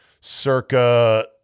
circa